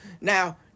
Now